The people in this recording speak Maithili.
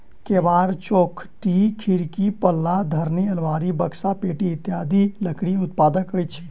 केबाड़, चौखटि, खिड़कीक पल्ला, धरनि, आलमारी, बकसा, पेटी इत्यादि लकड़ीक उत्पाद अछि